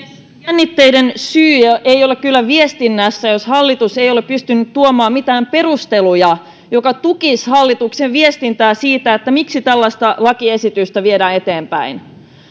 jännitteiden syy ei ole kyllä viestinnässä jos hallitus ei ole pystynyt tuomaan mitään perusteluja jotka tukisivat hallituksen viestintää siitä että miksi tällaista lakiesitystä viedään eteenpäin